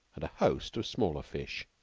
and a host of smaller fish.